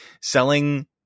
selling